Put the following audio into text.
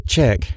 Check